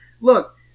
look